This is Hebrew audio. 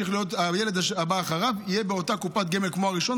הילד הבא אחריו יהיה באותה קופת גמל כמו הראשון,